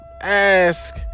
ask